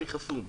אני חסום.